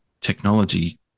technology